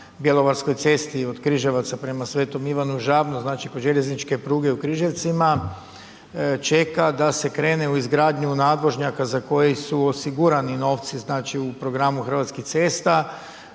bjelovarskoj cesti od Križevaca prema Sv. Ivanu Žabno, znači kod željezničke pruge u Križevcima čeka da se krene u izgradnju nadvožnjaka za koji su osigurani novci znači u programu Hrvatskih cesta,